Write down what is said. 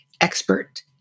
expert